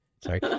Sorry